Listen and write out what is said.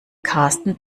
karsten